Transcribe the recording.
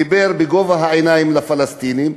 דיבר בגובה העיניים אל הפלסטינים.